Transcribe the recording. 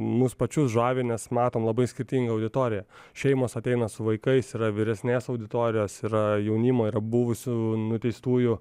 mus pačius žavi nes matom labai skirtingą auditoriją šeimos ateina su vaikais yra vyresnės auditorijos yra jaunimo yra buvusių nuteistųjų